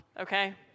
okay